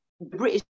british